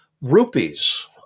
rupees